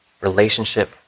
relationship